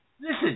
Listen